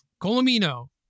Colomino